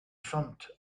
front